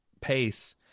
pace